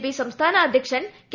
P സംസ്ഥാന അദ്ധ്യക്ഷൻ K